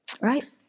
Right